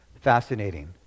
Fascinating